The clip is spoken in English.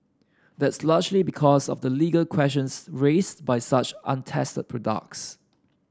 that's largely because of the legal questions raised by such untested products